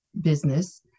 business